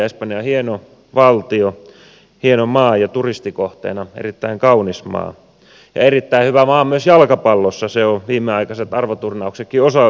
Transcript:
espanja on hieno valtio hieno maa ja turistikohteena erittäin kaunis maa ja erittäin hyvä maa myös jalkapallossa sen ovat viimeaikaiset arvoturnauksetkin osoittaneet